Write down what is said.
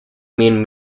mean